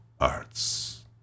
arts